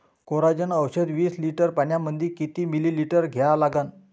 Coragen औषध विस litre पंपामंदी किती मिलीमिटर घ्या लागन?